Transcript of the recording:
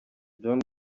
john